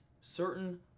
certain